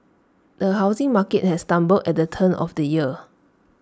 the housing market has stumbled at the turn of the year